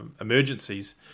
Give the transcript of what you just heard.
emergencies